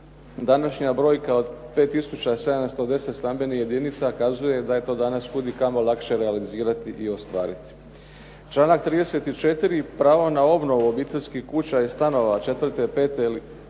današnja brojka od 5710 stambenih jedinica kazuje da je to danas kud i kamo lakše realizirati i ostvariti. Članak 34. pravo na obnovu obiteljskih kuća i stanova četvrte, pete ili